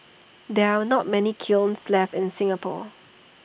there are not many kilns left in Singapore